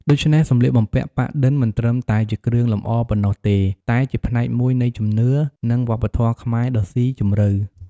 ដូច្នេះ សម្លៀកបំពាក់ប៉ាក់-ឌិន មិនត្រឹមតែជាគ្រឿងលម្អប៉ុណ្ណោះទេ តែជាផ្នែកមួយនៃជំនឿ និងវប្បធម៌ខ្មែរដ៏ស៊ីជម្រៅ។